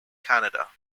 canada